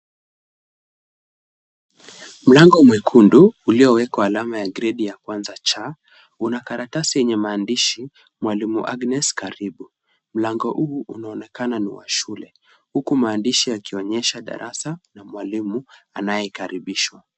Mlango mwekundu uliowekwa gredi ya kwanza C una karatasi yenye maandishi. Mwalimu Agnes karibu. Mlango huu unaonekana ni wa shule huku maandishi yakionyesha darasa la mwalimu anayekaribishwa.